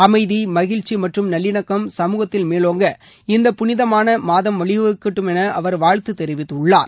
அமைதி மகிழ்ச்சி மற்றம் நல்லிணக்கம் சமூகத்தில் மேவோங்க இந்த புனிதமான மாதம் வழிவகுக்கட்டும் என அவர் வாழ்த்துத் தெரிவித்துள்ளார்